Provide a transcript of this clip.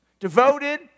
Devoted